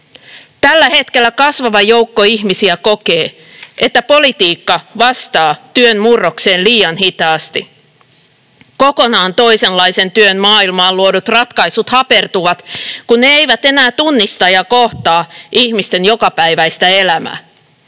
Tällä hetkellä kasvava joukko ihmisiä kokee, että politiikka vastaa työn murrokseen liian hitaasti. Kokonaan toisenlaisen työn maailmaan luodut ratkaisut hapertuvat, kun ne eivät enää tunnista ja kohtaa ihmisten jokapäiväistä elämää.